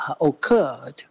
occurred